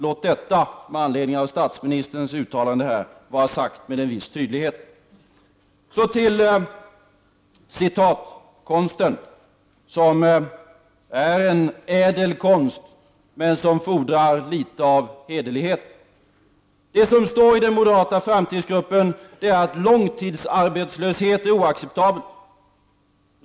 Låt mig med anledning av statsministerns uttalande här säga detta med en viss tydlighet. Så till citatkonsten, som är en ädel konst men som fordrar litet av hederlighet. I den moderata framtidsgruppens program står det att långtidsarbetslöshet är oacceptabel.